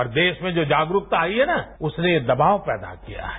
और जो देश में जो जागरूकता आई है न उसने ये दबाव पैदा किया है